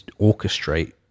orchestrate